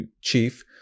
chief